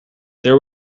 there